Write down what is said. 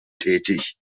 tätig